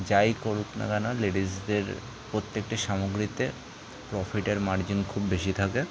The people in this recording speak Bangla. যাই করুক না কেন লেডিসদের প্রত্যেকটি সামগ্রীতে প্রফিটের মার্জিন খুব বেশি থাকে